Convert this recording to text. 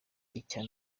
icya